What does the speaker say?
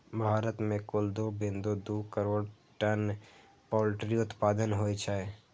भारत मे कुल दू बिंदु दू करोड़ टन पोल्ट्री उत्पादन होइ छै